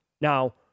Now